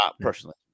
Personally